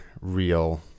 real